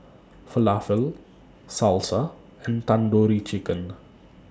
Falafel Salsa and Tandoori Chicken